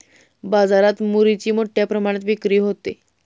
बाजारात मुरीची मोठ्या प्रमाणात विक्री होते